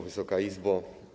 Wysoka Izbo!